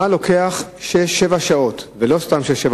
למה לוקח שש-שבע שעות, ולא סתם שש-שבע